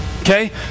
okay